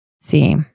See